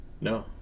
No